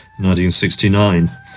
1969